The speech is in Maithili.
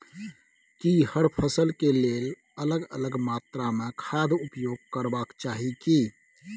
की हर फसल के लेल अलग अलग मात्रा मे खाद उपयोग करबाक चाही की?